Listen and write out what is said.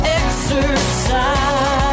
exercise